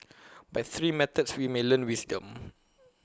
by three methods we may learn wisdom